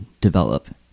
develop